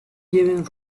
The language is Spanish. lleven